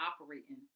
operating